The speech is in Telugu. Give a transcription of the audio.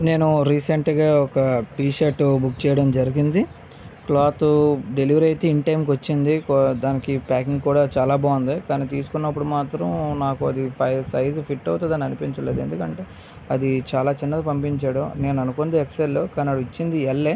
నేను రీసెంట్గా ఒక టీ షర్ట్ బుక్ చెయ్యడం జరిగింది క్లాత్ డెలివిరీ అయితే ఇన్టైమ్కి వచ్చింది దానికి ప్యాకింగ్ కూడా చాలా బాగుంది కాని తీసుకున్నప్పుడు మాత్రం నాకు అది సైజ్ ఫిట్ అవుతుంది అని అనిపించలేదు ఎందుకంటే అది చాలా చిన్నది పంపించాడు నేను అనుకున్నది ఎక్స్ఎల్ కానీ వాడిచ్చింది యల్లే